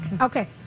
Okay